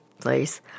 place